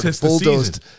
bulldozed